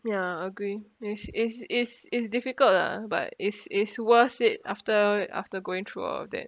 ya agree it's it's it's it's difficult lah but it's it's worth it after after going through all of that